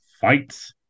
fights